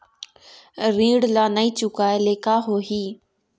ऋण ला नई चुकाए ले का होही?